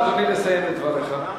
אדוני, סיים את דבריך.